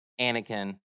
Anakin